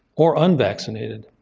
or unvaccinated,